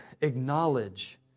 acknowledge